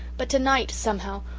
but tonight somehow,